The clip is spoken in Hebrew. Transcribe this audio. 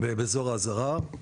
באזור האזהרה.